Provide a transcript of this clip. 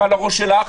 ועל הראש שֶׁלָּךְ,